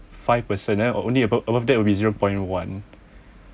five per cent uh only about above that will be zero point one